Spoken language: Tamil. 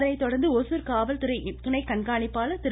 இதனைதொடா்ந்து ஒசூர் காவல் துறை துணை கண்காணிப்பாளர் திரு